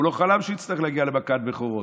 הוא לא חלם שהוא יצטרך להגיע למכת בכורות.